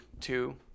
two